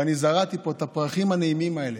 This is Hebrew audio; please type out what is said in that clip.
ואני זרעתי פה את הפרחים הנעימים האלה,